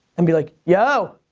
and be like, yo!